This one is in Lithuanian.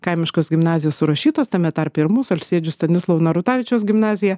kaimiškos gimnazijos surašytos tame tarpe ir mūsų alsėdžių stanislovo narutavičiaus gimnazija